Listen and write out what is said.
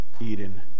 Eden